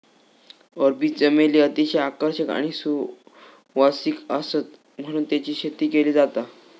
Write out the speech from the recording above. अरबी चमेली अतिशय आकर्षक आणि सुवासिक आसता म्हणून तेची शेती केली जाता